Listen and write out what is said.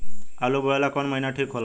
आलू बोए ला कवन महीना ठीक हो ला?